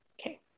okay